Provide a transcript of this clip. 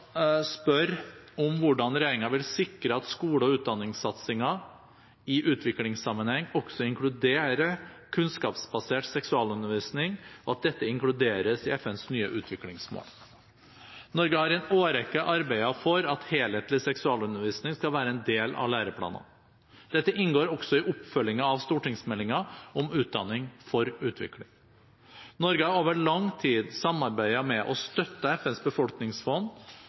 spør om hvordan regjeringen vil sikre at skole- og utdanningssatsingen i utviklingssammenheng også inkluderer kunnskapsbasert seksualundervisning, og at dette inkluderes i FNs nye utviklingsmål. Norge har i en årrekke arbeidet for at helhetlig seksualundervisning skal være en del av læreplanene. Dette inngår også i oppfølgingen av stortingsmeldingen «Utdanning for utvikling». Norge har over lang tid samarbeidet med og støttet FNs befolkningsfond